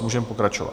Můžeme pokračovat.